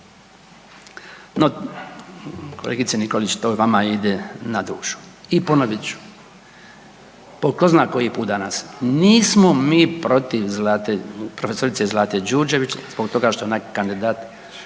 kolegice Nikolić, to vama ide na dušu i ponovit ću po tko zna koji put danas, nismo mi protiv Zlate, profesorice Zlate Đurđević zbog toga što je ona kandidat